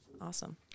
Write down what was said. awesome